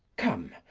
come,